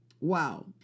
Wow